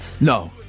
No